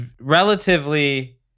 relatively